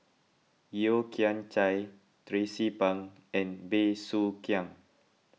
Yeo Kian Chai Tracie Pang and Bey Soo Khiang